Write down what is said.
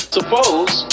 Suppose